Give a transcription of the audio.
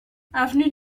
avenue